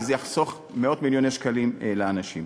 וזה יחסוך מאות מיליוני שקלים לאנשים.